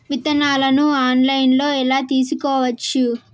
విత్తనాలను ఆన్లైన్లో ఎలా తీసుకోవచ్చు